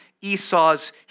Esau's